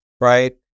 right